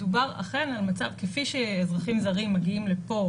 מדובר אכן על מצב כפי שאזרחים זרים מגיעים לפה